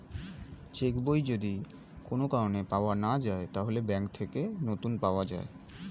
check বই যদি কোন কারণে পাওয়া না যায়, তাহলে ব্যাংক থেকে নতুন পাওয়া যায়